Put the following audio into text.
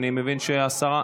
אני מבין שהשרה,